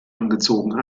angezogen